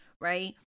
right